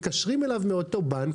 מתקשרים אליו מאותו בנק,